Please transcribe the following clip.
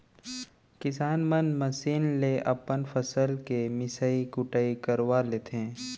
किसान मन मसीन ले अपन फसल के मिसई कुटई करवा लेथें